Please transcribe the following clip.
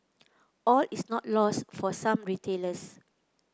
all is not lost for some retailers